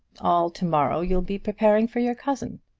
all to-morrow you'll be preparing for your cousin.